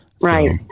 Right